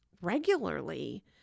regularly